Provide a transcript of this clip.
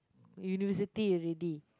university already